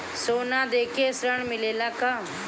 सोना देके ऋण मिलेला का?